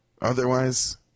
Otherwise